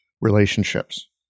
relationships